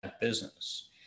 business